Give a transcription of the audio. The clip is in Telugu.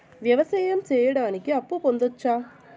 వ్యవసాయం సేయడానికి అప్పు పొందొచ్చా?